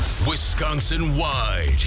Wisconsin-wide